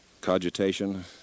cogitation